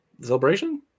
Celebration